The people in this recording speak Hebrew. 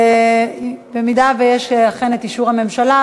אם יש אכן אישור הממשלה,